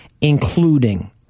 including